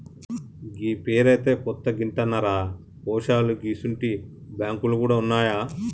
గీ పేరైతే కొత్తగింటన్నరా పోశాలూ గిసుంటి బాంకులు గూడ ఉన్నాయా